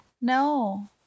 No